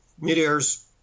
mid-airs